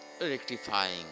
rectifying